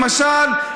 למשל,